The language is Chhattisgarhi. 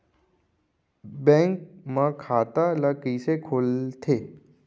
बैंक म खाता ल कइसे खोलथे?